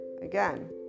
again